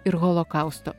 ir holokausto